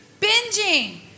Binging